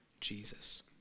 Jesus